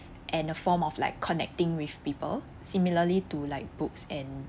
and a form of like connecting with people similarly to like books and